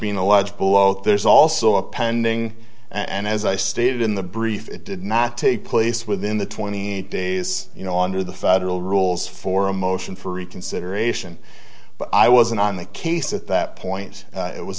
being alleged both there's also a pending and as i stated in the brief it did not take place within the twenty eight days you know under the federal rules for a motion for reconsideration but i wasn't on the case at that point it was